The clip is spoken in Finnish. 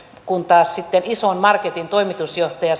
kun taas sitten ison marketin toimitusjohtaja